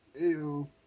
Ew